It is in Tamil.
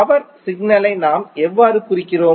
பவர் சிக்கலை நாம் எவ்வாறு குறிக்கிறோம்